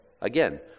Again